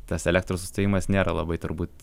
tas elektros sustojimas nėra labai turbūt